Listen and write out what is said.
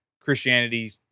Christianity